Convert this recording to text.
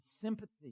sympathy